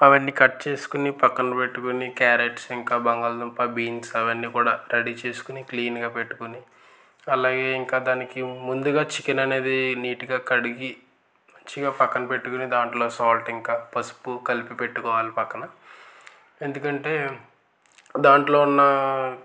అవన్నీ కట్ చేసుకుని పక్కన పెట్టుకుని క్యారెట్స్ ఇంకా బంగాళదుంప బీన్స్ అవన్నీ కూడా రెడీ చేసుకుని క్లీన్గా పెట్టుకుని అలాగే ఇంకా దానికి ముందుగా చికెన్ అనేది నీటుగా కడిగి మంచిగా పక్కన పెట్టుకుని దాంట్లో సాల్ట్ ఇంకా పసుపు కలిపి పెట్టుకోవాలి పక్కన ఎందుకంటే దాంట్లో ఉన్న